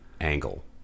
angle